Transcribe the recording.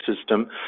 system